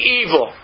evil